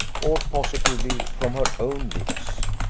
or positively from her own lips.